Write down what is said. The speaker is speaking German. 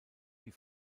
die